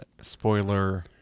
spoiler